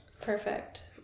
Perfect